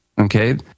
Okay